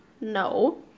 No